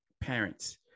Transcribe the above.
parents